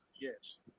yes